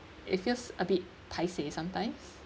it feels a bit paiseh sometimes